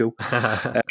cool